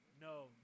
No